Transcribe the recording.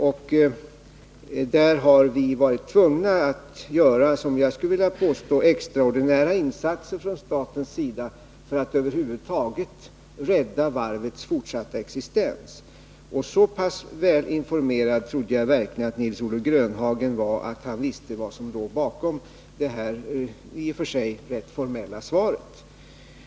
Vi har varit tvungna att vidta, som jag skulle vilja påstå, extraordinära insatser från statens sida för att över huvud taget rädda varvets fortsatta existens. Så pass välinformerad trodde jag verkligen Nils-Olof Grönhagen var att han visste vad som låg bakom detta i och för sig rätt formella svar.